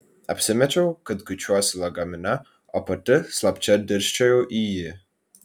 apsimečiau kad kuičiuosi lagamine o pati slapčia dirsčiojau į jį